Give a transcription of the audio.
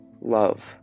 love